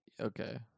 Okay